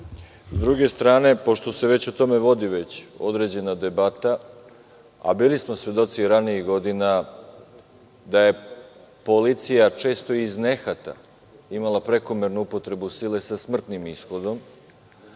druge strane, pošto se već o tome vodi određena debata, a bili smo svedoci ranijih godina da je policija često iz nehata imala prekomernu upotrebu sile sa smrtnim ishodom